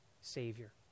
Savior